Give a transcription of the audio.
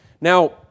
Now